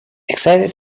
excited